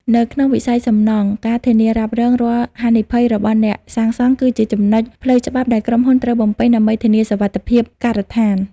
នៅក្នុងវិស័យសំណង់ ការធានារ៉ាប់រង រាល់ហានិភ័យរបស់អ្នកសាងសង់គឺជា ចំណុច ផ្លូវច្បាប់ដែលក្រុមហ៊ុនត្រូវបំពេញដើម្បីធានាសុវត្ថិភាពការដ្ឋាន។